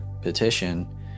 petition